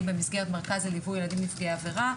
במסגרת מרכז הליווי לילדים נפגעי עבירה,